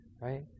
right